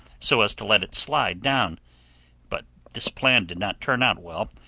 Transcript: so as to let it slide down but this plan did not turn out well,